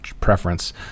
preference